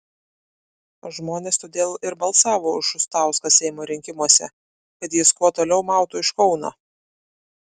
žmonės todėl ir balsavo už šustauską seimo rinkimuose kad jis kuo toliau mautų iš kauno